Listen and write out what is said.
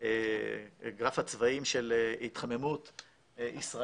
שמנו את גרף הצבעים של התחממות ישראל.